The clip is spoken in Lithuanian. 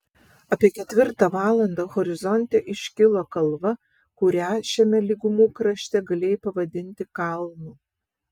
apie ketvirtą valandą horizonte iškilo kalva kurią šiame lygumų krašte galėjai pavadinti kalnu